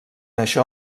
això